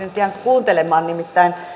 nyt jäänyt kuuntelemaan nimittäin